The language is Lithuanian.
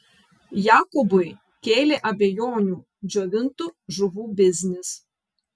jakobui kėlė abejonių džiovintų žuvų biznis